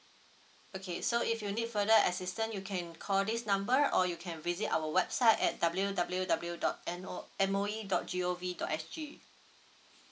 okay so if you need further assistance you can call this number or you can visit our website at W W W dot N_O~ M_O_E dot G_O_V dot S_G